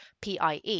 PIE